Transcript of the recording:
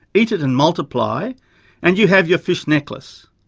eat it and multiply and you have your fish necklace.